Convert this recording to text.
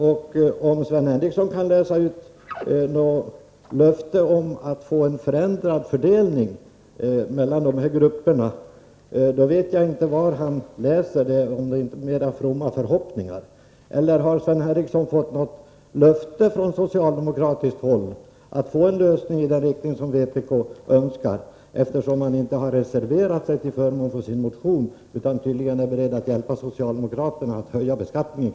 Om Sven Henricsson i betänkandet kan utläsa något löfte om att få en förändrad fördelning mellan dessa grupper, vet jag inte var han läser. Det är nog mera fromma förhoppningar. Har Sven Henricsson fått något löfte från socialdemokraterna om en lösning i den riktning som vpk önskar, eftersom han inte har reserverat sig till förmån för sin motion utan tydligen är beredd att hjälpa socialdemokraterna att kraftigt höja beskattningen?